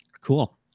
cool